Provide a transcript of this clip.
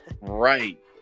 Right